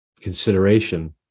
consideration